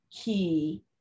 key